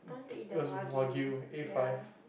it was Wagyu A-five